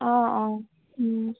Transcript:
অঁ অঁ